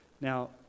Now